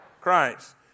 Christ